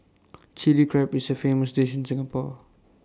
Chilli Crab is A famous dish in Singapore